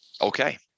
okay